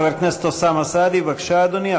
חבר הכנסת אוסאמה סעדי, בבקשה, אדוני.